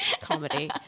comedy